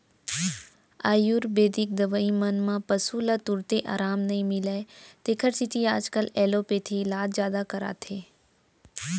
आयुरबेदिक दवई मन म पसु ल तुरते अराम नई मिलय तेकर सेती आजकाल एलोपैथी इलाज जादा कराथें